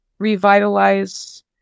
revitalize